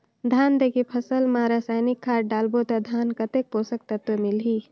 धान देंके फसल मा रसायनिक खाद डालबो ता धान कतेक पोषक तत्व मिलही?